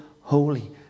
holy